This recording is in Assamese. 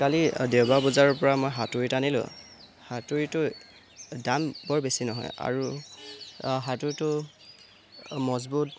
কালি দেওবৰীয়া বজাৰৰ পৰা মই হাতুৰী এটা আনিলোঁ হাতুৰীটো দাম বৰ বেছি নহয় আৰু হাতুৰীটো মজবুত